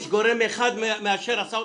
יש גורם אחד שמאשר הסעות.